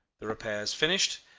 the repairs finished,